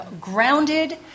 grounded